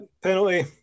Penalty